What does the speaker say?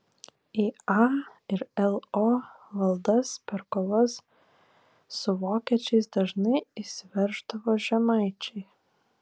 į a ir lo valdas per kovas su vokiečiais dažnai įsiverždavo žemaičiai